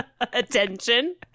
attention